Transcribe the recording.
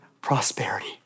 prosperity